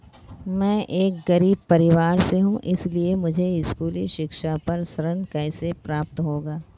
मैं एक गरीब परिवार से हूं इसलिए मुझे स्कूली शिक्षा पर ऋण कैसे प्राप्त होगा?